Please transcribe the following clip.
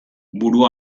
buru